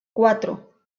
cuatro